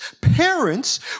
parents